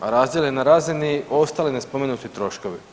A razdjel je na razini ostali nespomenuti troškovi.